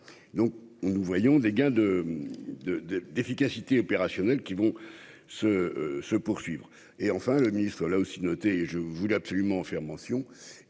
on nous voyons des gains de, de, de, d'efficacité opérationnelle qui vont se se poursuivre et, enfin, le ministre-là aussi noté je voulais absolument faire mention